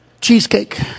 cheesecake